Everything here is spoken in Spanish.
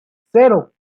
cero